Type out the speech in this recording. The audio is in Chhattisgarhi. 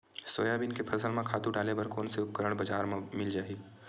सोयाबीन के फसल म खातु डाले बर कोन से उपकरण बजार म मिल जाहि?